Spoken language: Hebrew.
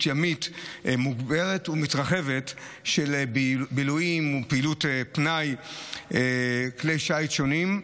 ימית מוגברת ומתרחבת של בילויים ופעילות פנאי בכלי שיט שונים,